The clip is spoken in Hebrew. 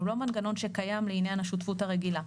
הוא לא מנגנון שקיים לעניין השותפות הרגילה,